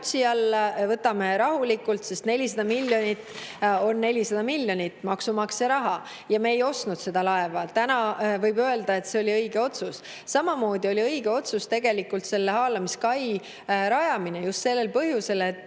võtame rahulikult, sest 400 miljonit on 400 miljonit maksumaksja raha, ja me ei ostnud seda laeva. Täna võib öelda, et see oli õige otsus. Samamoodi oli õige otsus haalamiskai rajamine, just sellel põhjusel, et